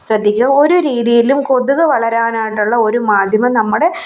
ശ്രദ്ധിക്കുക ഒരു രീതിയിലും കൊതുക് വളരാനായിട്ടുള്ള ഒരു മാധ്യമം നമ്മുടെ